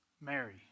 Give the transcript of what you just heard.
Mary